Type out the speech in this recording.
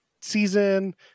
season